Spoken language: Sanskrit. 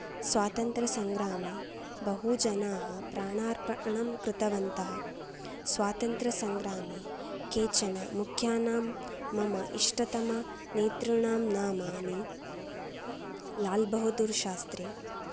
स्वातन्त्र्यसङ्ग्रामे बहु जनाः प्राणार्पणं कृतवन्तः स्वातन्त्र्यसङ्ग्रामे केचन मुख्यानां मम इष्टतमनेतॄणां नामानि लाल् बहदूर् शास्त्री